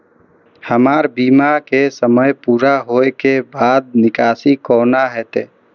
हमर बीमा के समय पुरा होय के बाद निकासी कोना हेतै?